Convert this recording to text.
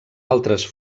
altres